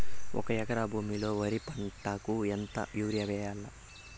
ఒక ఎకరా భూమిలో వరి పంటకు ఎంత యూరియ వేయల్లా?